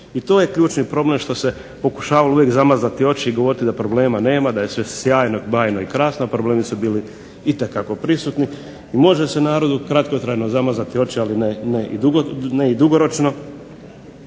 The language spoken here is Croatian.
I to je ključni problem što se pokušava uvijek zamazati oči i govoriti da problema nema, da je sve sjajno, bajno i krasno, a problemi su bili itekako prisutni. I može se narodu kratkotrajno zamazati oči, ali ne i dugoročno.